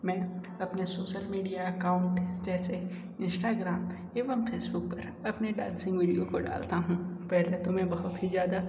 मैं अपने social media account जैसे इंस्टाग्राम एवं फेसबुक पर अपने डांसिंग वीडियो को डालता हूँ पहले तो मैं बहुत ही ज़्यादा